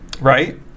right